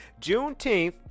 juneteenth